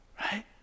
right